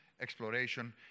exploration